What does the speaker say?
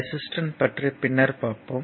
resistance பற்றி பின்னர் பார்ப்போம்